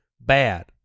bad